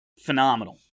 phenomenal